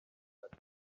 ati